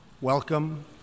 welcome